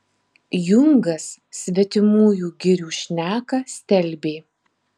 jungas svetimųjų girių šneką stelbė